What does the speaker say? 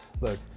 look